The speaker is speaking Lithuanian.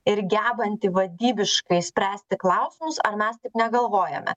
ir gebanti vadybiškai spręsti klausimus ar mes taip negalvojame